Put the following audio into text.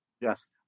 Yes